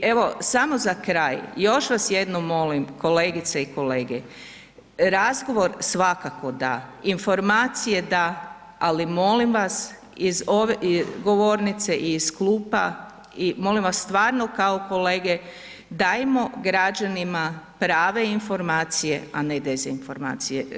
I evo, samo za kraj, još vas jednom molim kolegice i kolege, razgovor svakako da, informacije da, ali molim vas iz ove govornice i iz klupa i molim vas stvarno kao kolege dajmo građanima prave informacije, a ne dezinformacije.